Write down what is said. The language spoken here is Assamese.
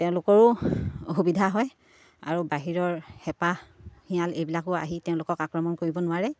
তেওঁলোকৰো অসুবিধা হয় আৰু বাহিৰৰ হেপা শিয়াল এইবিলাকো আহি তেওঁলোকক আক্ৰমণ কৰিব নোৱাৰে